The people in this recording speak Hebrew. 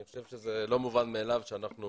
אני חושב שזה לא מובן מאליו שאנחנו